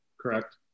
Correct